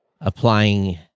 applying